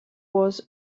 was